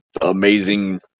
amazing